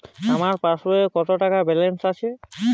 আমার পাসবইতে কত টাকা ব্যালান্স আছে?